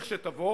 לכשתבוא,